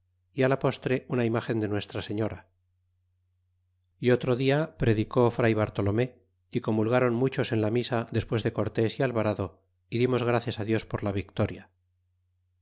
y la postre una imgen de nuestra señora y otro día predicó fr bartolome é comulgron muchos en la misa despues de cortes y alvarado é dimos gracias dios por la victoria